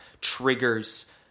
triggers